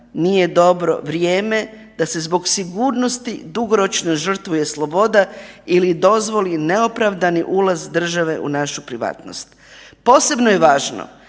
nije dobro vrijeme da se zbog sigurnosti dugoročno žrtvuje sloboda ili dozvoli neopravdani ulaz države u našu privatnost. Posebno je važno